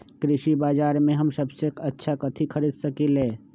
कृषि बाजर में हम सबसे अच्छा कथि खरीद सकींले?